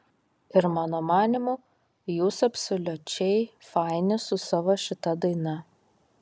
ir mano manymu jūs absoliučiai faini su savo šita daina